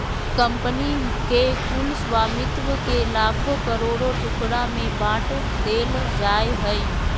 company के कुल स्वामित्व के लाखों करोड़ों टुकड़ा में बाँट देल जाय हइ